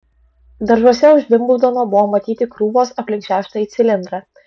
daržuose už vimbldono buvo matyti krūvos aplink šeštąjį cilindrą